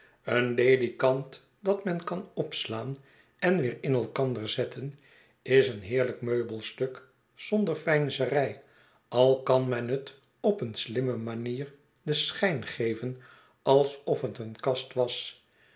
een ledikant dat men kan opslaan en weer in elkander zetten is een eerlijk meubelstuk zonder veinzerij al kan men het op een slimme manier den schijn geven alsof het een kast was